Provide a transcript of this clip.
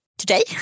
today